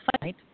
Fight